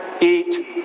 eat